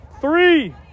Three